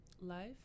life